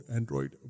Android